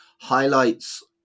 highlights